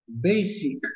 basic